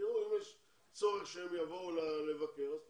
יבדקו שם שם ויראו אם יש צורך שהם יבואו לבקר ואם יש,